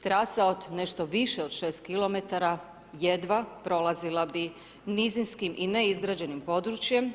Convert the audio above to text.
Trasa od nešto više od 6 km jedva prolazila bi nizinskim i neizgrađenim područjem.